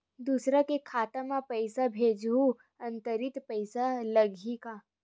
दूसरा के खाता म पईसा भेजहूँ अतिरिक्त पईसा लगही का?